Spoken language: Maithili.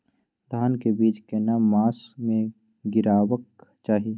धान के बीज केना मास में गीरावक चाही?